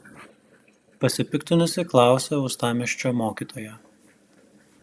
pasipiktinusi klausė uostamiesčio mokytoja